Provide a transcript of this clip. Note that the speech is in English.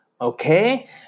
Okay